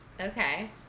Okay